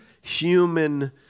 human